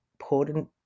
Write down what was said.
important